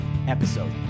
episode